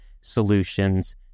solutions